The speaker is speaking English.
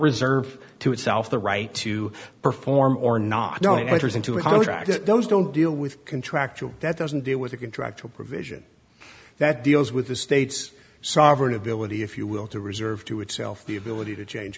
reserve to itself the right to perform or not knowing letters into a contract those don't deal with contractual that doesn't deal with a contractual provision that deals with the states sovereign ability if you will to reserve to itself the ability to change